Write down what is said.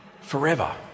forever